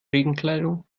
regenkleidung